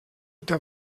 der